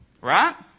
Right